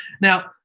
Now